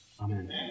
amen